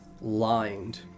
lined